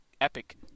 epic